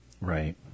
Right